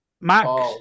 Max